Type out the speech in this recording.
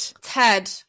Ted